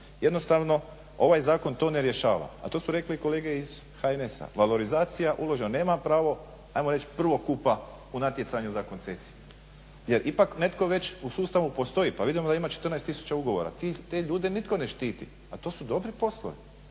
Jednostavno ovaj zakon to ne rješava a to su rekli i kolege iz HNS-a. Valorizacija uložena nema pravo ajmo reći prvokupa u natjecanju za koncesiju, jer ipak netko već u sustavu postoji, pa vidimo da ima 14 tisuća ugovora. Te ljude nitko ne štiti, a to su dobri poslovi.